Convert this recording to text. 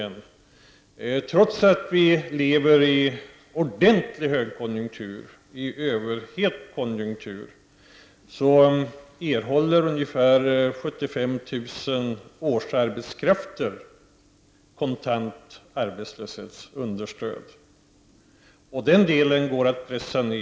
Trots att det nu är en ordentlig högkonjunktur, en överhettad konjunktur, erhåller ungefär 75 000 årsarbetskrafter kontant arbetslöshetsunderstöd, och det antalet kan pressas ned.